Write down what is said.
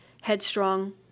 Headstrong